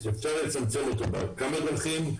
אפשר לצמצם אותו בכמה דרכים,